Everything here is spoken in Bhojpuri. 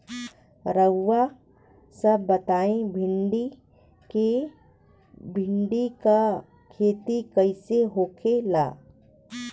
रउआ सभ बताई भिंडी क खेती कईसे होखेला?